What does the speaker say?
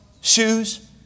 shoes